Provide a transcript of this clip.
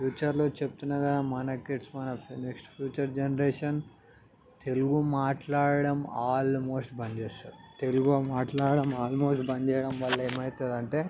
ఫ్యూచర్లో చెబుతున్న కదా మన కిడ్స్ మన నెక్స్ట్ ఫ్యూచర్ జనరేషన్ తెలుగు మాట్లాడటం ఆల్మోస్ట్ బంద్ చేస్తారు తెలుగు మాట్లాడటం ఆల్మోస్ట్ బంద్ చేయడం వల్ల ఏమి అవుతుంది అంటే